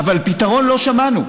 אבל פתרון לא שמענו.